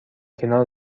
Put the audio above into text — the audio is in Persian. کنار